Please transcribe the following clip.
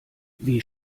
wie